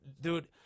dude